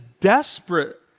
desperate